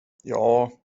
det